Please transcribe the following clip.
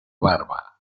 barba